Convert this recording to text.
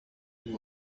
uyu